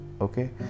okay